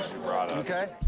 brought up. mm-kay.